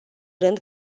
rând